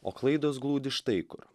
o klaidos glūdi štai kur